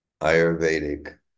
Ayurvedic